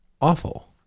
awful